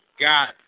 got